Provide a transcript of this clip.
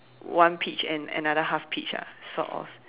one peach and another half peach ah sort of